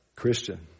Christian